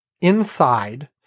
inside